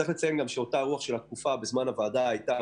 צריך לציין גם שאותה רוח של התקופה בזמן הוועדה הייתה